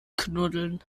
knuddeln